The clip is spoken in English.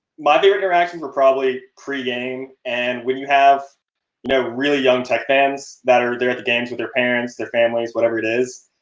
my dear interactions are probably pregame. and when you have no really young tech fans that are there at the games with their parents, their families, whatever it is.